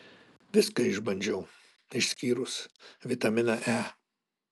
viską išbandžiau išskyrus vitaminą e